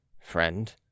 friend